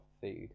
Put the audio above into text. food